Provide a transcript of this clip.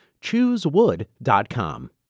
Choosewood.com